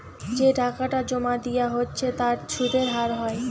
যে টাকাটা জোমা দিয়া হচ্ছে তার সুধের হার হয়